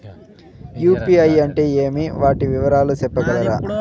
UPI అంటే ఏమి? వాటి వివరాలు సెప్పగలరా?